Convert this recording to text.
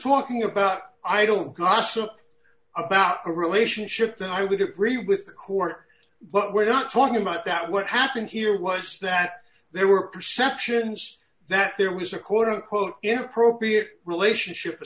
talking about i don't gossip about a relationship then i would agree with the court but we're not talking about that what happened here was that there were perceptions that there was a quote unquote inappropriate relationship